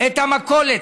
את המכולת,